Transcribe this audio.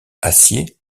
acier